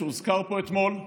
שהוזכר פה אתמול,